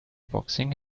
boxing